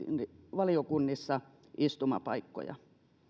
valiokunnissa istumapaikkoja